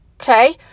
Okay